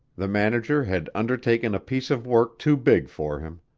the manager had undertaken a piece of work too big for him.